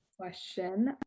question